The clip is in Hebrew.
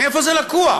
מאיפה זה לקוח?